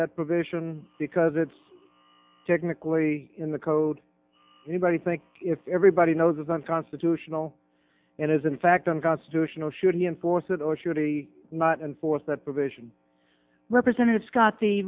that provision because it's technically in the code anybody think if everybody knows it's unconstitutional and is in fact unconstitutional should he enforce it or should he not enforce that provision representative scott the